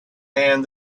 hand